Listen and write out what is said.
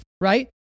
right